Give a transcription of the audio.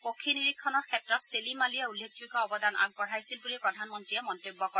পক্ষী নিৰীক্ষণৰ ক্ষেত্ৰত ছেলিম আলীয়ে উল্লেখযোগ্য অৱদান আগবঢ়াইছিল বুলি প্ৰধানমন্ত্ৰীয়ে মন্তব্য কৰে